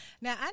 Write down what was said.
Now